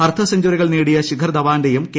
അർദ്ധ സെഞ്ചറികൾ നേടിയ ശിഖർ ധവാന്റെയും കെ